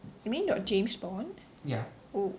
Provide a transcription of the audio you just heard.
you mean the James Bond oo